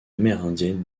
amérindienne